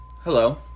Hello